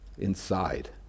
Inside